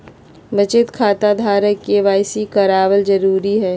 बचत खता धारक के के.वाई.सी कराबल जरुरी हइ